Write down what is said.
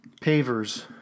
pavers